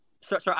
Sorry